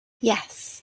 yes